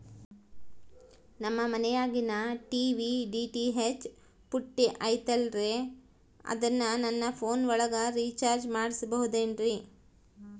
ನಮ್ಮ ಮನಿಯಾಗಿನ TV DTH ಪುಟ್ಟಿ ಐತಲ್ರೇ ಅದನ್ನ ನನ್ನ ಪೋನ್ ಒಳಗ ರೇಚಾರ್ಜ ಮಾಡಸಿಬಹುದೇನ್ರಿ?